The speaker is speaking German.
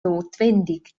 notwendig